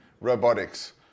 robotics